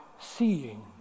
seeing